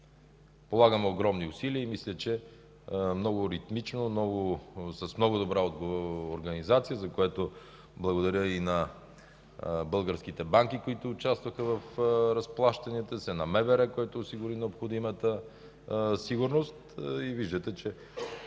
Полагаме огромни усилия и мисля, че много ритмично, с много добра организация, за което благодаря и на българските банки, които участваха в разплащанията, на МВР, което осигури необходимата сигурност и виждате, че